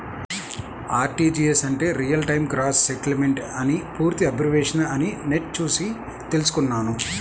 RTGS అంటే real time gross settlement అని పూర్తి అబ్రివేషన్ అని నెట్ చూసి తెల్సుకున్నాను